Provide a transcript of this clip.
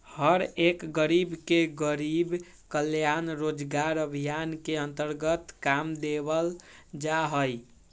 हर एक गरीब के गरीब कल्याण रोजगार अभियान के अन्तर्गत काम देवल जा हई